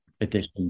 edition